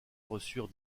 reçurent